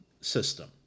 system